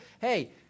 hey